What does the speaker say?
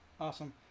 awesome